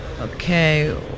okay